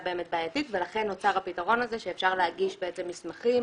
באמת בעייתית ולכן נוצר הפתרון הזה שאפשר להגיש בעצם מסמכים